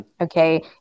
Okay